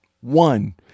one